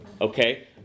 Okay